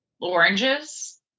oranges